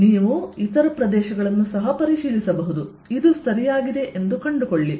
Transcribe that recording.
ನೀವು ಇತರ ಪ್ರದೇಶಗಳನ್ನು ಪರಿಶೀಲಿಸಬಹುದು ಇದು ಸರಿಯಾಗಿದೆ ಎಂದು ಕಂಡುಕೊಳ್ಳಿ